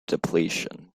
depletion